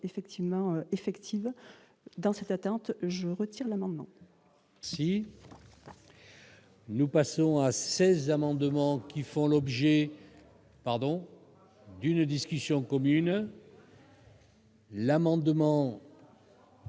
effectivement effective dans cette attente, je retire l'amendement si. Nous passons à 16 amendements qui font l'objet, pardon, d'une discussion commune. L'amendement.